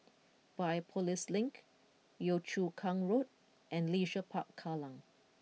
Biopolis Link Yio Chu Kang Road and Leisure Park Kallang